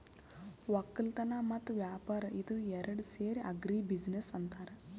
ವಕ್ಕಲತನ್ ಮತ್ತ್ ವ್ಯಾಪಾರ್ ಇದ ಏರಡ್ ಸೇರಿ ಆಗ್ರಿ ಬಿಜಿನೆಸ್ ಅಂತಾರ್